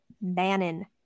bannon